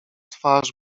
twarz